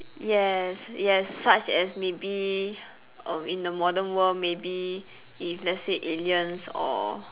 yes yes such as maybe um in the modern world maybe if let's say aliens or